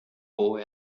boy